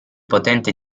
potente